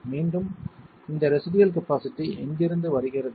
மீண்டும் இந்த residual capacity எங்கிருந்து வருகிறது